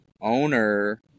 owner